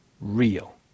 real